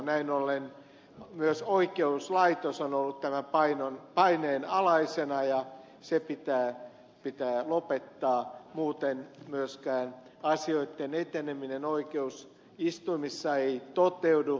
näin ollen myös oikeuslaitos on ollut tämän paineen alaisena ja se pitää lopettaa muuten myöskään asioitten eteneminen oikeusistuimissa ei toteudu